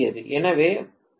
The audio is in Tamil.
எனவே 0